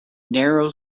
narrow